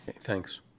Thanks